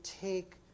take